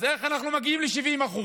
אז איך אנחנו מגיעים ל-70%?